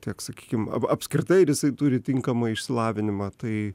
tiek sakykim apskritai ar jisai turi tinkamą išsilavinimą tai